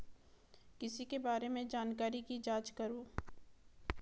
किसी के बारे में जानकारी की जाँच करो